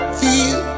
feel